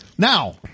Now